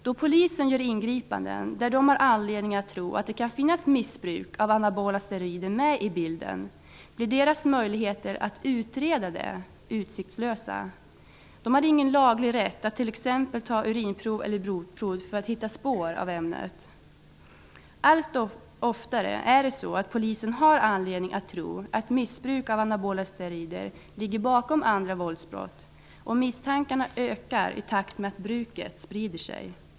Då Polisen gör ingripanden i fall där den har anledning att tro att det kan finnas missbruk av anabola steroider med i bilden är dess möjligheter att utreda det obefintliga. Den har ingen laglig rätt att t.ex. ta urinprov eller blodprov för att hitta spår av ämnet. Allt oftare har Polisen anledning att tro att missbruk av anabola steroider ligger bakom andra våldsbrott, och misstankarna ökar i takt med att bruket sprider sig.